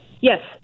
Yes